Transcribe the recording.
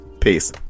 peace